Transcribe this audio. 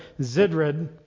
Zidrid